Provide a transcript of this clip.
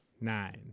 nine